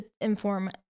inform